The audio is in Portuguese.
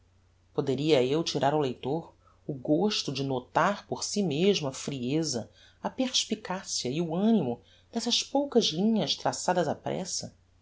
poderia eu tirar ao leitor o gosto de notar por si mesmo a frieza a perspicacia e o animo dessas poucas linhas traçadas á pressa